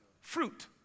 fruit